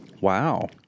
Wow